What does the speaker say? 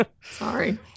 Sorry